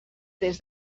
des